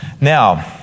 Now